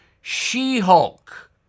She-Hulk